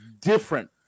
different